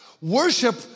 Worship